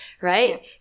right